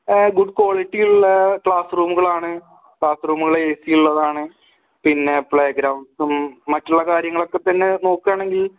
good quality ഉള്ള class റൂമുകളാണ് class റൂമുകള് എ സി ഉള്ളതാണ് പിന്നെ പ്ലേ ഗ്രൌണ്ട്സും മറ്റുള്ള കാര്യങ്ങളൊക്കെ തന്നെ നോക്കുവാണെങ്കിൽ